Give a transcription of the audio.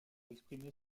exprimer